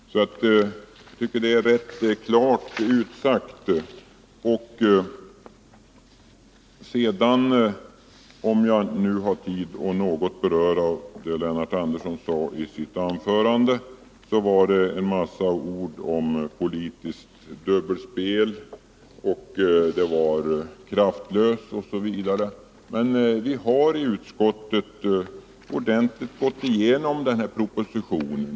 Jag tycker det är ett rätt klarläggande uttalande. Lennart Sättet att fastställa Andersson använde i sitt anförande en massa ord: ”Politiskt dubbelspel”, basbeloppet, ”kraftlös” osv. Det förvånar mig. Vi har i utskottet gått igenom propositio m.m. nen ordentligt.